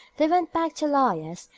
they went back to laias,